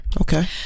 Okay